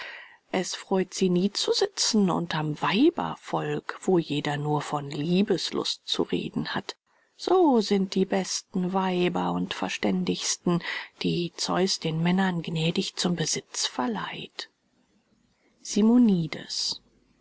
es freut sie nie zu sitzen unter'm weibervolk wo jede nur von liebeslust zu reden hat so sind die besten weiber und verständigsten die zeus den männern gnädig zum besitz verleiht simonides